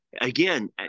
again